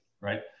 right